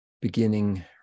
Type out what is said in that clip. beginning